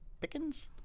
Pickens